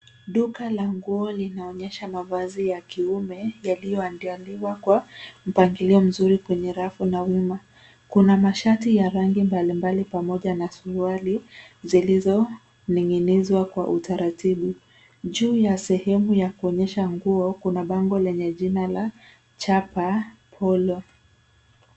Duka la nguo linaonyesha mavazi ya kiume yaliyoandaliwa kwa mpangilio mzuri kwenye rafu na uma. Kuna mashati ya rangi mbali mbali pamoja na suruali zilizoning'inizwa kwa utaratibu. Juu ya sehemu ya kuonyesha nguo, kuna bango lenye jina la Chapa Polo.